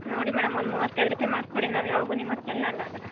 ನೋಡಿ ಮೇಡಮ್ ಒಂದು ಮೂವತ್ತೈದು ರೂಪಾಯಿ ಮಾಡಿಕೊಡಿ ನಾವು ಯಾವಾಗ್ಲೂ ನಿಮ್ಮ ಹತ್ರನೇ ಅಲಾ ಲ